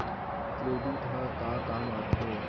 Credit ह का काम आथे?